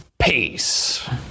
Peace